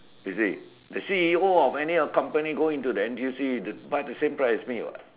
you see the C_E_O of any accompany go into the N_T_U_C buy the same price as me what